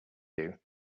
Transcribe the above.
you